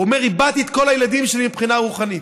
הוא אומר: איבדתי את כל הילדים שלי מבחינה רוחנית.